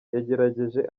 yagerageje